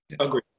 agree